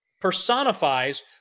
personifies